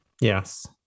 yes